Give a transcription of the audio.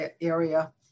area